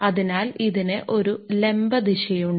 അതിനാൽ ഇതിന് ഒരു ലംബ ദിശയുണ്ട്